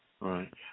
right